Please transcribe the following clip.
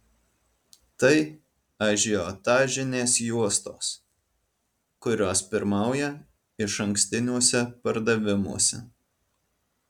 tai ažiotažinės juostos kurios pirmauja išankstiniuose pardavimuose